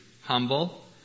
humble